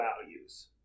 values